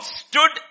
stood